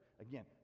again